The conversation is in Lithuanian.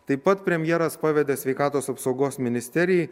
taip pat premjeras pavedė sveikatos apsaugos ministerijai